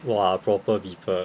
!wah! proper people